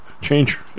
change